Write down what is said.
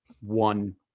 one